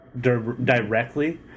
directly